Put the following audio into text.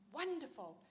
wonderful